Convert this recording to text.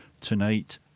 tonight